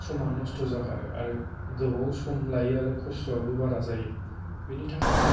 समा नस्त जागारो आरो गोबाव सम लायो आरो कस्त'आबो बारा जायो बिनि थाखाय